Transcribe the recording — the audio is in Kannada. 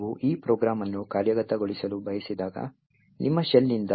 ನೀವು ಈ ಪ್ರೋಗ್ರಾಂ ಅನ್ನು ಕಾರ್ಯಗತಗೊಳಿಸಲು ಬಯಸಿದಾಗ ನಿಮ್ಮ ಶೆಲ್ ನಿಂದ